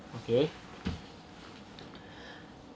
okay